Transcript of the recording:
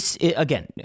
again